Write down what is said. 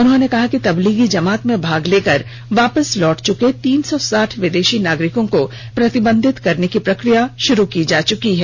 उन्होंने कहा कि तबलीगी जमात में भाग लेकर वापस लौट चुके तीन सौ साठ विदेशी नागरिकों को प्रतिबंधित करने की प्रक्रिया शुरू की जा चुकी है